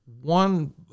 One